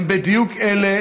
הם בדיוק אלה